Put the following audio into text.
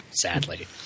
sadly